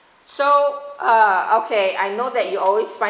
so uh okay I know that you always